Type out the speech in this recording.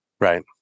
Right